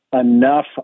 enough